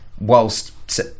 whilst